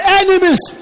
enemies